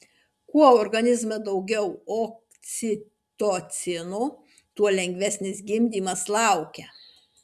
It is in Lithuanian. kuo organizme daugiau oksitocino tuo lengvesnis gimdymas laukia